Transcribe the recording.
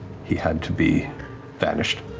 he had to be vanished.